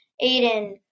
Aiden